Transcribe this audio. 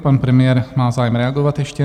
Pan premiér má zájem reagovat ještě.